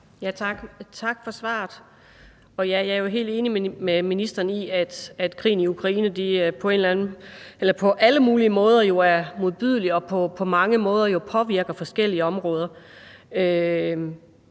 tak for svaret. Ja, jeg er jo helt enig med ministeren i, at krigen i Ukraine på alle mulige måder er modbydelig og på mange måder påvirker forskellige områder.